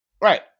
Right